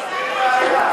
אז אין בעיה.